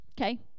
Okay